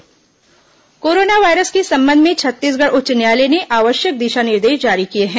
corona high court corona virus के संबंध में छत्तीसगढ़ उच्च न्यायालय ने आवश्यक दिशा निर्देश जारी किए हैं